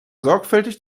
sorgfältig